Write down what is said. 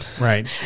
Right